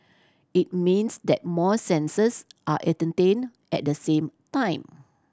it means that more senses are entertained at the same time